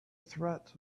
threat